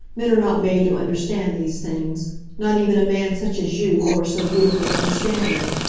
men are not made to understand these things not even a man such as you, who are so beautifully understanding.